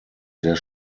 sehr